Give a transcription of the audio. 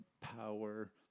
power